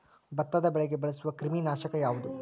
ಭತ್ತದ ಬೆಳೆಗೆ ಬಳಸುವ ಕ್ರಿಮಿ ನಾಶಕ ಯಾವುದು?